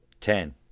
Ten